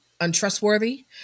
untrustworthy